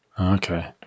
Okay